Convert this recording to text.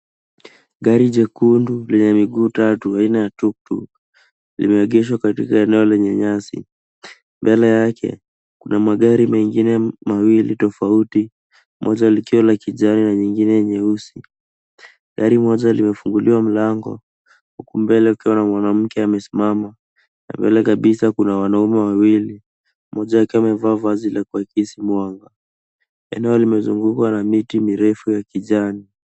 Gari jekundu lenye miguu tatu aina ya tuktuk limeegeshwa katika eneo lenye nyasi. Mbele yake kuna magari mengine mawili tofauti, moja likiwa la kijani na nyingine nyeusi. Gari moja limefunguliwa mlango huku mbele ukiwa na mwanamke amesimama na mbele kabisa kuna wanaume wawili, mmoja akiwa amevaa vazi la kuwakisi mwanga. Eneo limezungukwa na miti mirefu ya kijani.